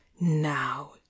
now